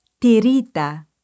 tirita